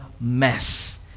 mess